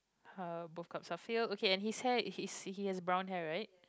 uh both cups are filled okay and his hair he has brown hair right